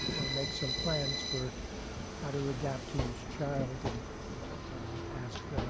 or make some plans for how to adapt to each child and ask